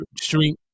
street